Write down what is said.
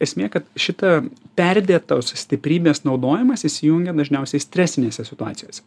esmė kad šita perdėtos stiprybės naudojimas įsijungia dažniausiai stresinėse situacijose